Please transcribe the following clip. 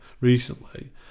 recently